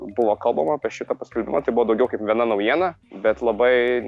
buvo kalbama apie šitą paskelibmą tai buvo daugiau kaip viena naujiena bet labai